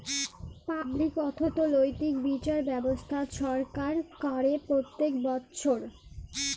public অথ্থলৈতিক বিচার ব্যবস্থা ছরকার ক্যরে প্যত্তেক বচ্ছর